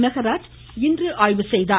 மெகராஜ் இன்று ஆய்வு செய்தார்